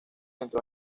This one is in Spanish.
entró